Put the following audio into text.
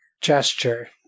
gesture